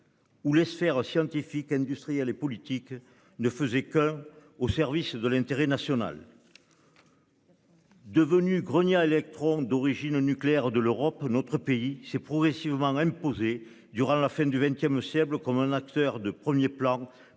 Où les sphères, scientifiques, industriels et politiques ne faisait comme au service de l'intérêt national. Devenu grenier électrons d'origine nucléaire de l'Europe. Notre pays s'est progressivement imposé durant la fin du XXe siècle comme un acteur de 1er plan